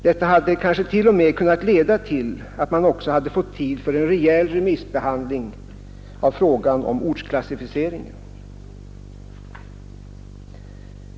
Detta hade kanske t.o.m. kunnat leda till att man också hade fått tid till en rejäl remissbehandling av frågan om ortsklassificeringen.